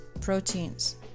proteins